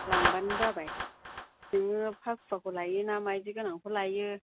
लांबानो जाबाय नोङो फाखुवाखौ लायो ना मायदि गोनांखौ लायो